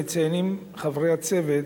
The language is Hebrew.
מציינים חברי הצוות,